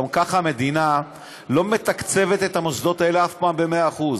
גם ככה המדינה לא מתקצבת את המוסדות האלה אף פעם במאה אחוז.